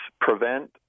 prevent